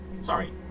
Sorry